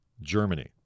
Germany